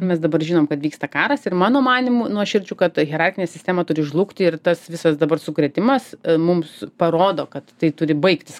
mes dabar žinom kad vyksta karas ir mano manymu nuoširdžiu kad hierarchinė sistema turi žlugti ir tas visas dabar sukrėtimas mums parodo kad tai turi baigtis